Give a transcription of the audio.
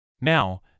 Now